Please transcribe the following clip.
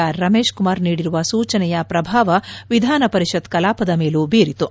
R Ramesh Kumar ನೀಡಿರುವ ಸೂಚನೆಯ ಪ್ರಭಾವ ವಿಧಾನ ಪರಿಷತ್ ಕಲಾಪದ ಮೇಲೂ ಬೀರಿತು